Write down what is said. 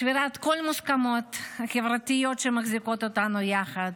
שבירת כל המוסכמות החברתיות שמחזיקות אותנו יחד,